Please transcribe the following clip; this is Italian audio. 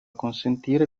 consentire